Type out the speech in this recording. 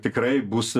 tikrai bus